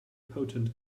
potent